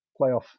playoff